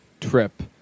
trip